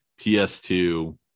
ps2